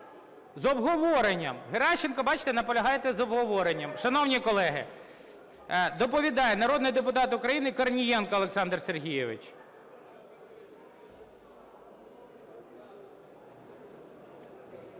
З обговоренням. Геращенко, бачите, наполягає з обговоренням. Шановні колеги, доповідає народний депутат України Корнієнко Олександр Сергійович.